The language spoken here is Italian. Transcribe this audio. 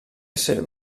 esser